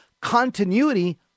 continuity